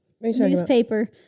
newspaper